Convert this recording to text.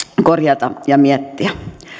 korjata ja miettiä